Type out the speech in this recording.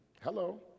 hello